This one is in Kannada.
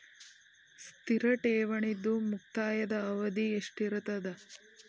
ಸ್ಥಿರ ಠೇವಣಿದು ಮುಕ್ತಾಯ ಅವಧಿ ಎಷ್ಟಿರತದ?